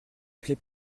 plait